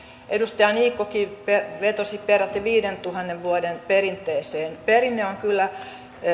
edustaja niikkokin vetosi peräti viidentuhannen vuoden perinteeseen perinne on kyllä